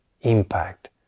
impact